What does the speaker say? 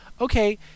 Okay